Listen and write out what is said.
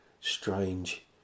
strange